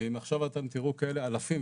ואם עכשיו אתם תראו כאלה אלפים,